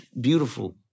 beautiful